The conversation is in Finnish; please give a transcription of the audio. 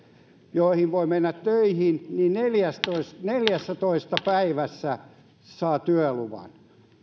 joihin voi mennä töihin neljässätoista neljässätoista päivässä saa työluvan